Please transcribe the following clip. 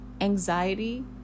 Anxiety